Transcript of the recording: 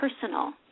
personal